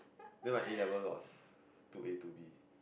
then my A-levels was two A two B